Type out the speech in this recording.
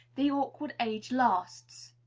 the awkward age lasts.